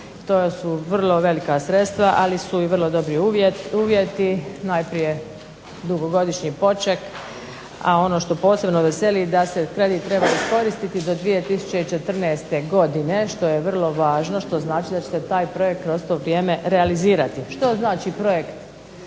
To su vrlo velika sredstva ali su i vrlo dobri uvjeti, najprije dugogodišnji poček, a ono što posebno veseli da se kredit treba iskoristiti do 2014. godine što je vrlo važno, što znači da će se taj projekt kroz to vrijeme realizirati. Što znači projekt